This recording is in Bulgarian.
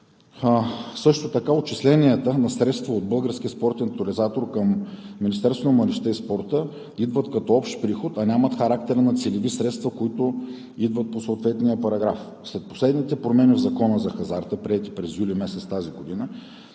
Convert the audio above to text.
Също така отчисленията на средства от Българския спортен тотализатор към Министерството на младежта и спорта идват като общ приход, а нямат характер на целеви средства, които идват по съответния параграф. След последните промени в Закона за хазарта, приети през месец юли тази година,